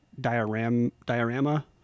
diorama